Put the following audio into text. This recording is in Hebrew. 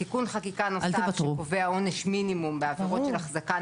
תיקון חקיקה נוסף שקובע עונש מינימום בעבירות של החזקה,